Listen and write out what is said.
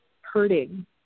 hurting